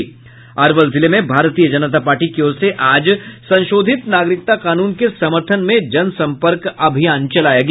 अरवल जिले में भारतीय जनता पार्टी की ओर से आज संशोधित नागरिकता कानून के समर्थन में जनसंपर्क अभियान चलाया गया